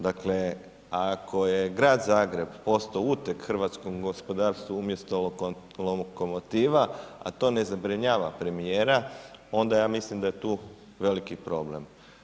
Dakle ako je Grad Zagreb postao uteg hrvatskom gospodarstvu umjesto lokomotiva, a to ne zabrinjava premjera onda ja mislim da je tu veliki problem.